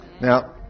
Now